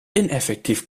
ineffektiv